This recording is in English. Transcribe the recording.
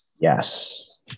Yes